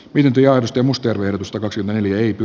pidempi aidosti mustia verotusta kaksi mäkihyppy